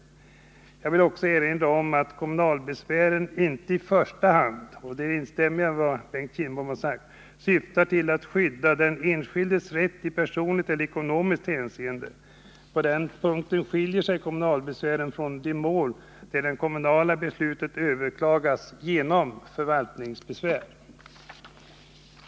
Jag vill också 24 april 1980 erinra om att kommunalbesvären inte i första hand, och här instämmer jag i Bengt Kindboms uttalande, syftar till att skydda den enskildes rätt i personligt eller ekonomiskt hänseende. På denna punkt skiljer sig kommunalbesvärsmålen från de mål där det kommunala beslutet överklagas genom förvaltningsbesvär.